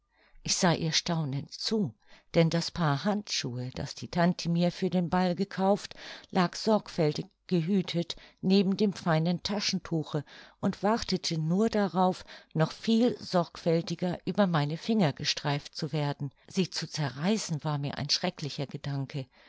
ich sah ihr staunend zu denn das paar handschuhe das die tante mir für den ball gekauft lag sorgfältig gehütet neben dem feinen taschentuche und wartete nur darauf noch viel sorgfältiger über meine finger gestreift zu werden sie zu zerreißen war mir ein schrecklicher gedanke